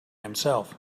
himself